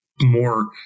more